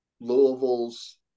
Louisville's